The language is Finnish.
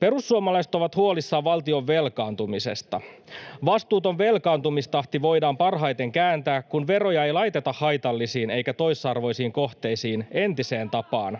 Perussuomalaiset ovat huolissaan valtion velkaantumisesta. Vastuuton velkaantumistahti voidaan parhaiten kääntää, kun verovaroja ei laiteta haitallisiin eikä toisarvoisiin kohteisiin entiseen tapaan.